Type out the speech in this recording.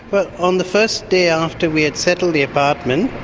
but on the first day after we had settled the apartment,